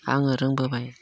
आङो रोंबोबाय